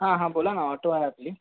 हां हां बोला ना ऑटो आहे आपली